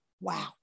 Wow